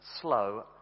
slow